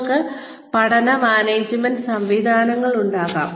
നിങ്ങൾക്ക് പഠന മാനേജ്മെന്റ് സംവിധാനങ്ങൾ ഉണ്ടായിരിക്കാം